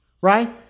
right